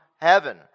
heaven